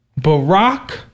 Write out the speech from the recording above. Barack